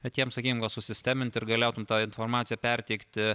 bet tiem sakykim gal susistemint ir galėtum tą informaciją perteikti